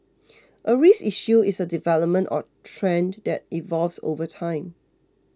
a risk issue is a development or trend that evolves over time